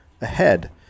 ahead